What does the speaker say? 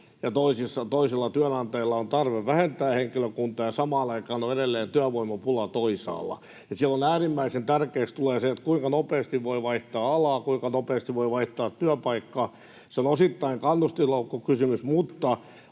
ja toisilla työnantajilla on tarve vähentää henkilökuntaa ja samaan aikaan on edelleen työvoimapula toisaalla. Silloin äärimmäisen tärkeäksi tulee se, kuinka nopeasti voi vaihtaa alaa, kuinka nopeasti voi vaihtaa työpaikkaa. Se on osittain kannustinloukkukysymys, mutta